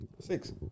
Six